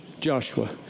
Joshua